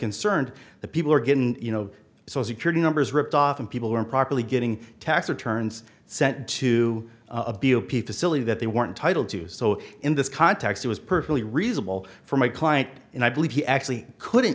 concerned that people are going you know so security numbers ripped off and people improperly getting tax returns sent to a b o p to scilly that they weren't titled to do so in this context it was perfectly reasonable for my client and i believe he actually couldn't